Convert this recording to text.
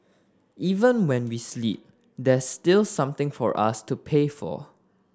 even when we sleep there's still something for us to pay for